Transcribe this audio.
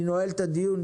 אני נועל את הדיון.